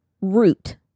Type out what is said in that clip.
root